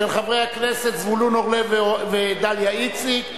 של חברי הכנסת זבולון אורלב ודליה איציק,